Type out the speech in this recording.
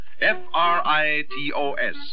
F-R-I-T-O-S